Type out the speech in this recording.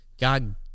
God